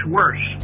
worse